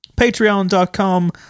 patreon.com